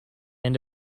end